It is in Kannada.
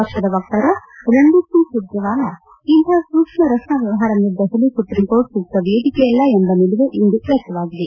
ಪಕ್ಷದ ವಕ್ತಾರ ರಣ್ದೀಪ್ ಸಿಂಗ್ ಸುರ್ಜೆವಾಲಾ ಇಂತಹ ಸೂಕ್ಷ್ಮ ರಕ್ಷಣಾ ವ್ಯವಹಾರ ನಿರ್ಧರಿಸಲು ಸುಪ್ರೀಂಕೋರ್ಟ್ ಸೂಕ್ತ ವೇದಿಕೆಯಲ್ಲ ಎಂಬ ನಿಲುವೇ ಇಂದು ವ್ಯಕ್ಲವಾಗಿದೆ